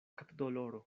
kapdoloro